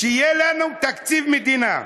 שיהיה לנו תקציב מדינה,